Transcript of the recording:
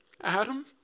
Adam